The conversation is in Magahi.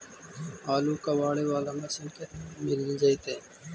आलू कबाड़े बाला मशीन केतना में मिल जइतै?